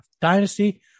Dynasty